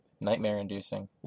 Nightmare-inducing